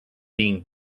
being